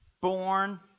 born